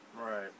Right